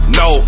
no